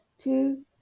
Two